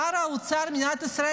שר האוצר של מדינת ישראל,